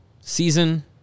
season